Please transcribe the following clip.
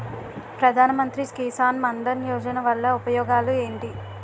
ప్రధాన మంత్రి కిసాన్ మన్ ధన్ యోజన వల్ల ఉపయోగాలు ఏంటి?